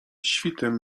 świtem